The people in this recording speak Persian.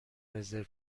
رزرو